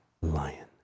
Lion